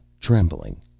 trembling